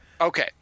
Okay